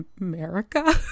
America